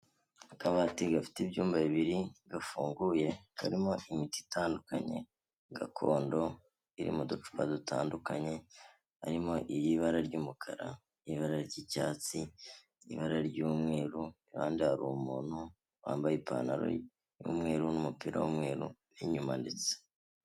Akabati gafite ibyumba bibiri gafunguye karimo imiti itandukanye gakondo, iri mu ducupa dutandukanye, harimo iy'ibara ry'umukara, n'ibara ry'icyatsi, ibara ry'umweru, ku ruhande hari umuntu wambaye ipantaro y'umweru n'umupira w'umweru n'inyuma ndetse.